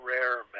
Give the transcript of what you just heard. Rare